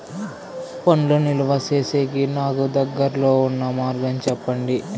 పండ్లు నిలువ సేసేకి నాకు దగ్గర్లో ఉన్న మార్గం చెప్పండి?